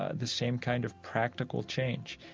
ah the same kind of practical change.